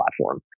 platform